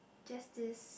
just this